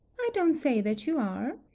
i don't say that you are.